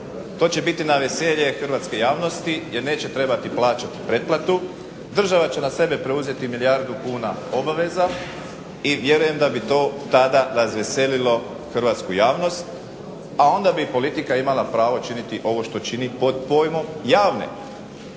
to će biti na veselje hrvatske javnosti jer neće trebati plaćati pretplatu, država će na sebe preuzeti milijardu kuna obaveza i vjerujem da bi to tada razveselilo hrvatsku javnost, a onda bi politika imala pravo činiti ovo što čini pod pojmom javne